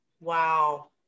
Wow